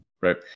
right